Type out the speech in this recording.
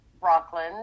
Rockland